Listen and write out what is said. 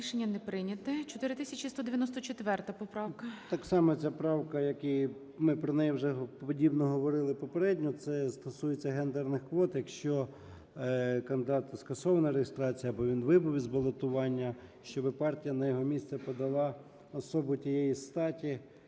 Рішення не прийнято. 4194 поправка. 11:08:54 ЧЕРНЕНКО О.М. Так само, ця правка, як і, ми про неї вже подібно говорили попередньо, це стосується гендерних квот. Якщо кандидат, скасована реєстрація або він вибув із балотування, щоби партія на його місце подала особу тієї статі,